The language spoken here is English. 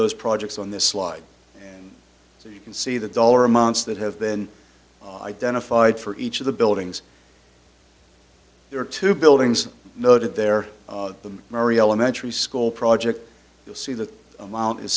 those projects on this slide and so you can see the dollar amounts that have been identified for each of the buildings there are two buildings noted there them mary elementary school project you'll see that amount is